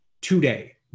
Today